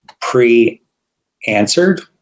pre-answered